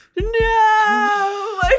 no